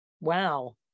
Wow